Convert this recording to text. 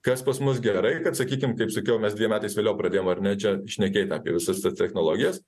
kas pas mus gerai kad sakykim kaip sakiau mes dviem metais vėliau pradėjom ar ne čia šnekėt apie visas tas technologijas